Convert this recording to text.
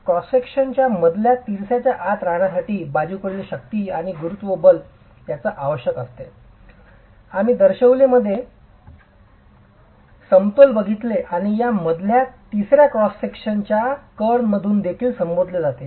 cross section च्या मध्य तिसर्याच्या आत राहण्यासाठी बाजूकडील शक्ती आणि गुरुत्व शक्ती आवश्यक आहे विभाग आम्ही दर्शविलेले साधे समतोल बघितले आणि या मध्यम तिसर्याला क्रॉस सेक्शन चा कर्ने म्हणून देखील संबोधले जाते